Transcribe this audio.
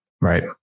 Right